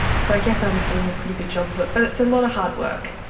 so i guess i was doing a pretty good job of it. but it's a lot of hard work.